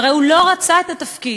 הרי הוא לא רצה את התפקיד.